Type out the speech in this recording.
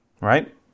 right